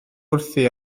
wrthi